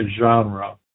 genre